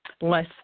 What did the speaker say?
less